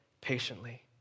patiently